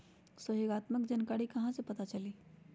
सहयोगात्मक जानकारी कहा से पता चली?